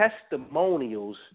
testimonials